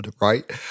right